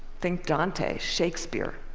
think dante, shakespeare,